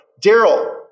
Daryl